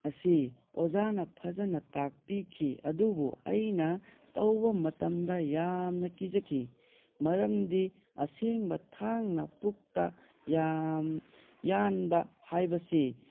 ꯑꯁꯤ ꯑꯣꯖꯥꯅ ꯐꯖꯅ ꯇꯥꯛꯄꯤꯈꯤ ꯑꯗꯨꯕꯨ ꯑꯩꯅ ꯇꯧꯕ ꯃꯇꯝꯗ ꯌꯥꯝꯅ ꯀꯤꯖꯈꯤ ꯃꯔꯝꯗꯤ ꯑꯁꯦꯡꯕ ꯊꯥꯡꯅ ꯄꯨꯛꯇ ꯌꯥꯝ ꯌꯥꯟꯕ ꯍꯥꯏꯕꯁꯤ